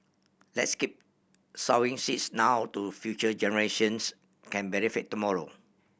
let's keep sowing seeds now to future generations can benefit tomorrow